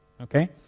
okay